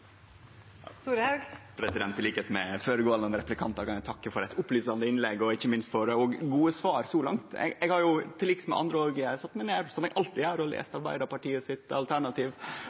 føregåande replikantar kan eg takke for eit opplysande innlegg og ikkje minst for gode svar så langt. Eg har til liks med andre òg – slik eg alltid gjer – sete meg ned og lese Arbeidarpartiets alternativ